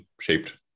shaped